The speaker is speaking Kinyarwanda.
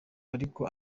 ariko